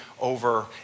over